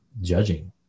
judging